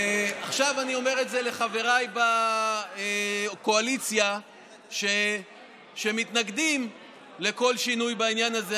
עכשיו אני אומר את זה לחבריי בקואליציה שמתנגדים לכל שינוי בעניין הזה.